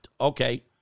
Okay